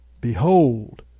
Behold